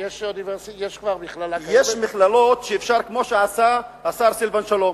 יש מכללות, יש מכללות, כמו שעשה השר סילבן שלום,